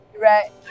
right